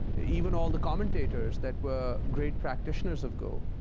even all the commentators that were great practitioners of go,